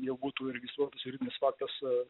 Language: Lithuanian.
jau būtų įregistruotas juridnis faktas